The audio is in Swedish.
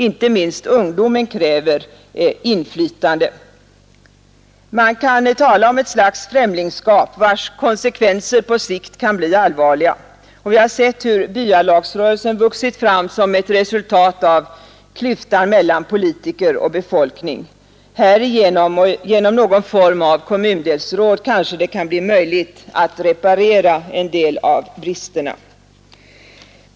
Inte minst ungdomen kräver inflytande. Man kan tala om ett slags främlingskap, vars konsekvenser på sikt kan bli allvarliga. Vi har sett hur byalagsrörelsen vuxit fram som ett resultat av klyftan mellan politiker och befolkning. Härigenom och genom någon form av kommundelsråd kanske det kan bli möjligt att reparera en del av bristerna.